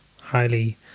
highly